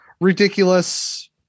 ridiculous